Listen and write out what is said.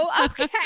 okay